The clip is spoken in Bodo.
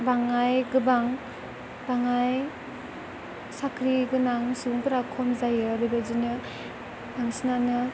बाङाय गोबां बाङाय साख्रिगोनां सुबुंफोरा खम जायो बेबायदिनो बांसिनानो